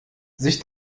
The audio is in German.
sich